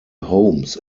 homes